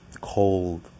cold